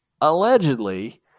allegedly